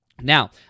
Now